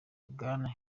bwana